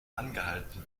angehalten